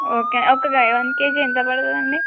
okay ఒక one KG ఎంత పడుతుందండి